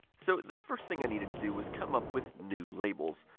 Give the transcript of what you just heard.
so, the first thing i needed to do was come up with new labels.